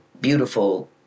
beautiful